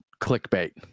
clickbait